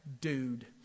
dude